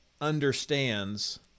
understands